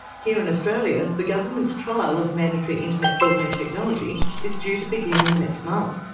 here in australia the government's trial of mandatory internet filtering technology is due to begin in the next month,